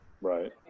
Right